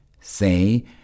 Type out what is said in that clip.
Say